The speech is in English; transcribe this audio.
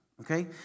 okay